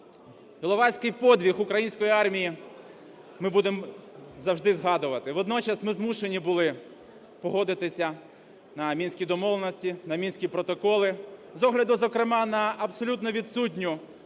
Іловайський подвиг української армії ми будемо завжди згадувати. Водночас ми змушені були погодитися на Мінські домовленості, на Мінські протоколи, з огляду, зокрема, на абсолютно відсутню